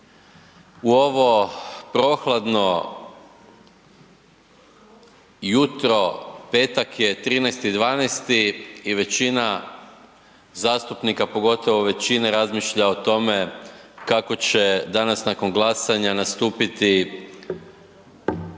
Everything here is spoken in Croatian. U ovo prohladno jutro, petak je, 13.12. i većina zastupnika, pogotovo većine razmišlja o tome kako će danas nakon glasanja nastupiti